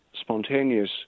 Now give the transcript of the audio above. spontaneous